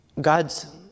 God's